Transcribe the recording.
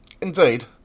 Indeed